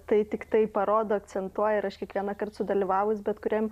tai tiktai parodo akcentuoja ir aš kiekvienąkart sudalyvavus bet kuriam